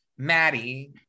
Maddie